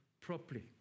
properly